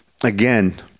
again